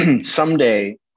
Someday